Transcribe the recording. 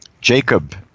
Jacob